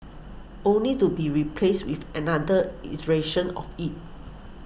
only to be replaced with another iteration of it